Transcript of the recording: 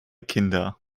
kinder